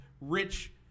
Rich